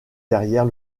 derrière